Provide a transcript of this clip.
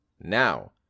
Now